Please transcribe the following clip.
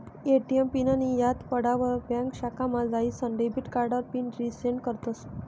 ATM पिननीं याद पडावर ब्यांक शाखामा जाईसन डेबिट कार्डावर पिन रिसेट करतस